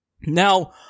Now